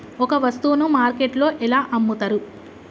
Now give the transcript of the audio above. ఒక వస్తువును మార్కెట్లో ఎలా అమ్ముతరు?